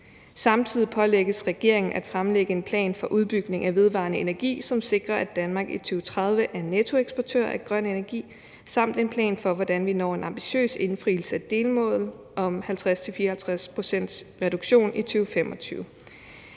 Samtidig pålægges regeringen at fremlægge en plan for udbygning af vedvarende energi, som sikrer, at Danmark i 2030 er nettoeksportør af grøn energi, samt en plan for, hvordan vi når en ambitiøs indfrielse af delmålet om 50-54 pct. reduktion i 2025.